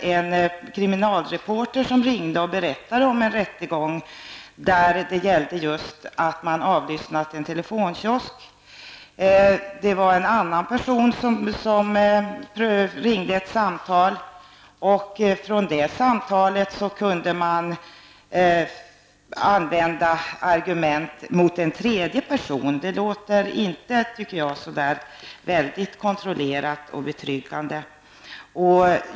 En kriminalreporter ringde och berättade om en rättegång, där man i förundersökningen avlyssnat just en telefonkiosk. Det var en annan person än den misstänkte som ringde ett samtal. Av det samtalet kunde man få argument som kunde användas mot en tredje person. Det verkar inte som om detta är särskilt kontrollerat och betryggande.